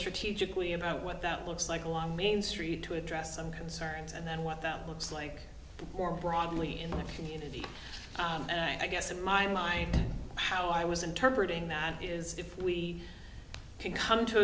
strategically about what that looks like along main street to address some concerns and then what that looks like more broadly in the community and i guess in my mind how i was interpreted in that is if we can come to